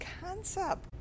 concept